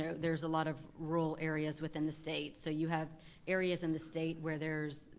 so there's a lot of rural areas within the state. so you have areas in the state where there's